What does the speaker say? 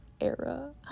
era